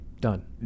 Done